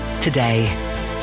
today